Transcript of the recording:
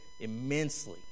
immensely